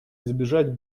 избежать